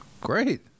Great